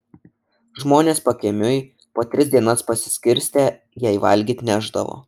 žmonės pakiemiui po tris dienas pasiskirstę jai valgyt nešdavo